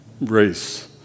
race